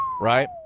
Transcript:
right